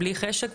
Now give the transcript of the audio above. בלי חשק,